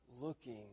looking